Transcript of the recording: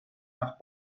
nach